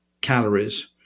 calories